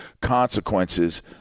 consequences